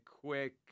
quick